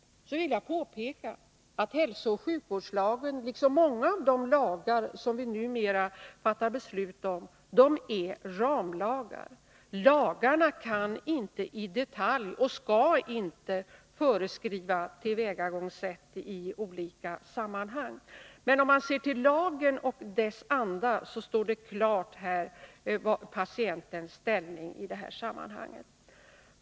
Därför vill jag påpeka att hälsooch sjukvårdslagen liksom många av de lagar som vi numera fattar beslut om är ramlagar. Lagar kan inte — och skall inte — i detalj föreskriva tillvägagångssätt i olika sammanhang. Men ser man till lagen och dess anda står patientens ställning klar.